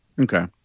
Okay